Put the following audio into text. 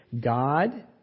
God